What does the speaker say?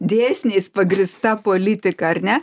dėsniais pagrįsta politika ar ne